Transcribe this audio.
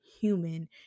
human